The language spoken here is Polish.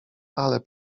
ale